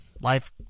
life